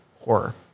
horror